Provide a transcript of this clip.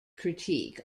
critique